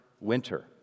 winter